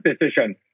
decision